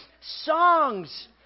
songs